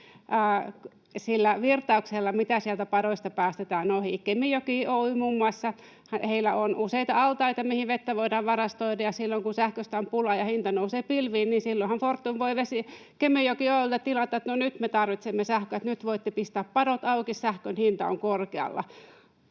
sillä virtauksella, mitä sieltä padosta päästetään ohi. Muun muassa Kemijoki Oy:llä on useita altaita, mihin vettä voidaan varastoida, ja silloin kun sähköstä on pula ja hinta nousee pilviin, niin Fortumhan voi Kemijoki Oy:ltä tilata, että no nyt me tarvitsemme sähköä, nyt voitte pistää padot auki, sähkön hinta on korkealla.